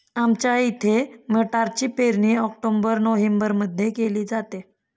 आमच्या इथे मटारची पेरणी ऑक्टोबर नोव्हेंबरमध्ये केली जाते